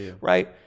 Right